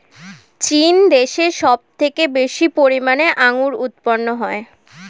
চীন দেশে সব থেকে বেশি পরিমাণে আঙ্গুর উৎপন্ন হয়